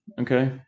okay